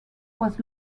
was